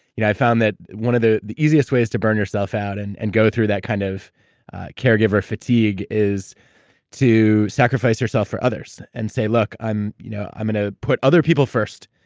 you know i found that one of the the easiest ways to burn yourself out and and go through that kind of caregiver fatigue is to sacrifice yourself for others and say, look, i'm you know i'm going to ah put other people first,